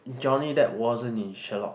Jonny that wasn't in Sherlock